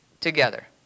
together